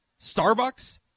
Starbucks